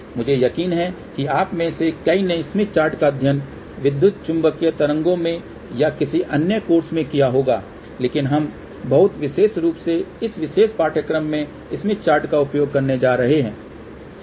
मुझे यकीन है कि आप में से कई ने स्मिथ चार्ट का अध्ययन विद्युत चुम्बकीय तरंगों में या किसी अन्य कोर्स में किया होगा लेकिन हम बहुत विशेष रूप से इस विशेष पाठ्यक्रम में स्मिथ चार्ट का उपयोग करने जा रहा है